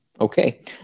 Okay